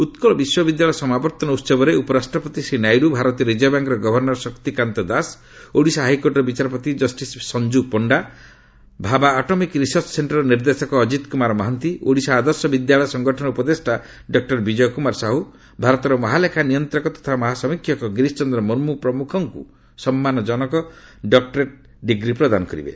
ଉତ୍କଳ ବିଶ୍ୱବିଦ୍ୟାଳୟ ସମାବର୍ତ୍ତନ ଉତ୍ସବରେ ଉପରାଷ୍ଟ୍ରପତି ଶ୍ରୀ ନାଇଡ଼ୁ ଭାରତୀୟ ରିଜର୍ଭ ବ୍ୟାଙ୍କ୍ର ଗଭର୍ଷର ଶକ୍ତିକାନ୍ତ ଦାସ ଓଡ଼ିଶା ହାଇକୋର୍ଟର ବିଚାରପତି justice Sanju Panda Bhabha atomic research ସେକ୍ଷର୍ର ନିର୍ଦ୍ଦେଶକ ଅଜିତ୍ କୁମାର ମହାନ୍ତି ଓଡ଼ିଶା ଆଦର୍ଶ ବିଦ୍ୟାଳୟ ସଙ୍ଗଠନର ଉପଦେଷ୍ଟା ଡକ୍କର ବିଜୟ କୁମାର ସାହୁ ଭାରତର ମହାଲେଖା ନିୟନ୍ତକ ତଥା ମହାସମୀକ୍ଷକ ଗିରୀଶ ଚନ୍ଦ୍ର ମୁର୍ମୁ ପ୍ରମୁଖଙ୍କୁ ସମ୍ମାନସୂଚକ ଡକ୍ଟରେଟ୍ ଡିଗ୍ରୀ ପ୍ରଦାନ କରିବେ